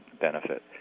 benefit